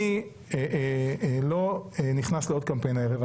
אני לא נכנס לעוד קמפיין הערב.